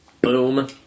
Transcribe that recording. boom